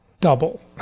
Double